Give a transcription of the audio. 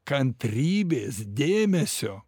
kantrybės dėmesio